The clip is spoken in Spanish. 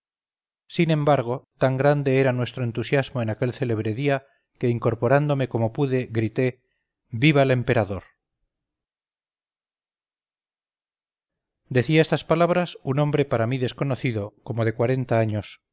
sin embargo tan grande era nuestro entusiasmo en aquel célebre día que incorporándome como pude grité viva el emperador decía estas palabras un hombre para mí desconocido como de cuarenta años